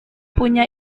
punya